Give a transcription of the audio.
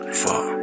fuck